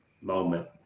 moment